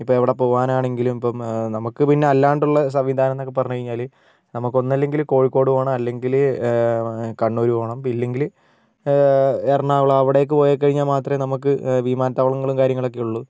ഇപ്പോൾ അവിടെ പോകാനാണെങ്കിലും ഇപ്പോൾ നമുക്ക് പിന്നെ അല്ലാതെ ഉള്ള സംവിധാനം എന്നൊക്കെ പറഞ്ഞ് കഴിഞ്ഞാല് നമുക്ക് ഒന്നില്ലെങ്കിൽ കോഴിക്കോട് പോകണം അല്ലെങ്കിൽ കണ്ണൂര് പോകണം ഇല്ലെങ്കിൽ എറണാകുളം അവിടേക്ക് പോയിക്കഴിഞ്ഞാൽ മാത്രമേ നമുക്ക് വിമാനത്താവളങ്ങളും കാര്യങ്ങളുമൊക്കെയുള്ളൂ